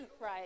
right